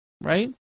right